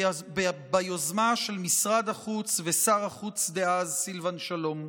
ביוזמה של משרד החוץ ושר החוץ דאז, סילבן שלום.